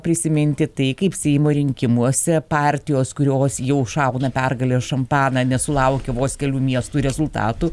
prisiminti tai kaip seimo rinkimuose partijos kurios jau šauna pergalės šampaną nesulaukę vos kelių miestų rezultatų